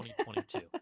2022